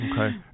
Okay